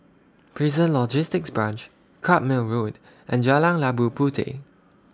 Prison Logistics Branch Carpmael Road and Jalan Labu Puteh